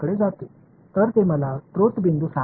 எனவே அது எனக்கு மூல புள்ளியை சொல்கிறது